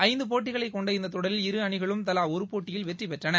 ஐந்து போட்டிகளை கொண்ட இந்த தொடரில் இரு அணிகளும் தவா ஒரு போட்டியில் வெற்றிப்பெற்றன